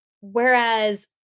Whereas